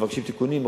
מבקשים תיקונים,